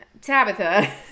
Tabitha